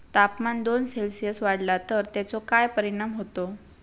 तापमान दोन सेल्सिअस वाढला तर तेचो काय परिणाम होता?